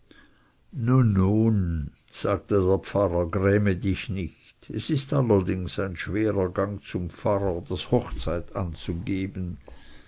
sagte der pfarrer gräme dich nicht es ist allerdings ein schwerer gang zum pfarrer das hochzeit anzugeben